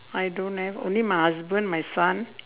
I don't have only my husband my son